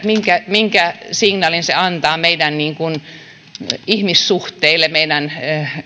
minkä minkä signaalin se antaa meidän ihmissuhteille meidän